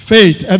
Faith